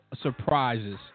surprises